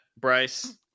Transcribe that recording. bryce